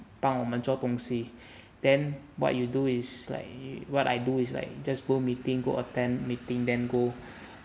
帮我们做东西 then what you do is like what I do is like just meeting go attend meeting then go